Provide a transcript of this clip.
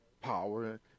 power